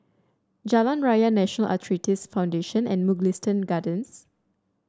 Jalan Raya National Arthritis Foundation and Mugliston Gardens